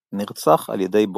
נרצח על ידי בוג.